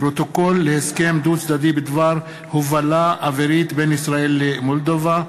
פרוטוקול להסכם דו-צדדי בדבר הובלה אווירית בין ישראל למולדובה,